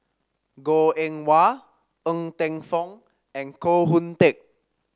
Goh Eng Wah Ng Teng Fong and Koh Hoon Teck